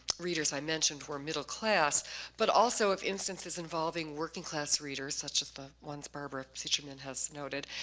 readers i mentioned were middle class but also of instances involving working class readers such as the ones barbara sicherman has noted,